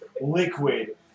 liquid